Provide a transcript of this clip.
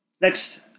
Next